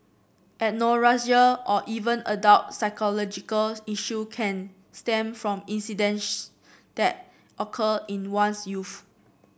anorexia or even adult psychological issue can stem from incidence that occur in one's youth